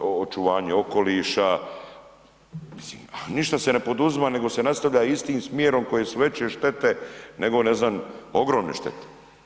očuvanje okoliša, mislim, a ništa se ne poduzima nego se nastavlja istim smjerom koje su veće štete nego ne znam, ogromne štete.